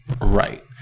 Right